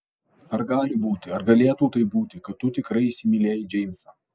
ar gali būti ar galėtų taip būti kad tu tikrai įsimylėjai džeimsą